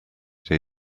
they